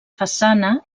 façana